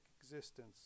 existence